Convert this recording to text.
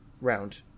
round